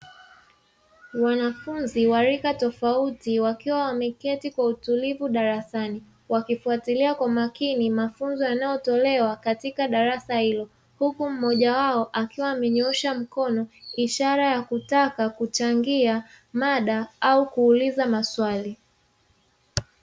Wanafunzi wa rika tofauti wakiwa wameketi kwa utulivu darasani. Wakifuatilia kwa makini mafunzo yanayotolewa katika darasa hilo, huku mmoja wao akiwa amenyoosha mkono ishara ya kutaka kuchangia mada, au kuuliza maswali.